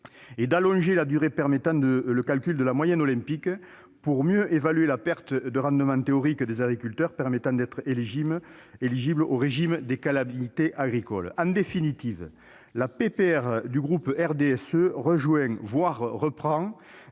d'allonger la durée permettant le calcul de la moyenne olympique pour mieux évaluer la perte de rendement théorique des agriculteurs permettant d'être éligible au régime des calamités agricoles. En définitive, la proposition de résolution du groupe du RDSE rejoint, voire reprend,